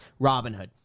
Robinhood